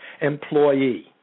employee